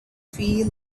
feel